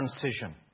transition